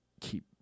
keep